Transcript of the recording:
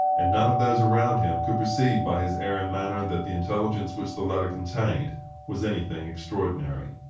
and none of those around him could perceive by his air and manner that the intelligence which the letter contained was any thing extraordinary.